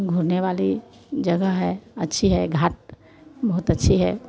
घूमने वाली जगह है अच्छा है घाट बहुत अच्छा है